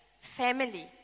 family